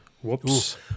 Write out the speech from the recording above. whoops